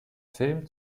film